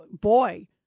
Boy